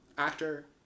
Actor